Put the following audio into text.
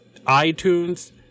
iTunes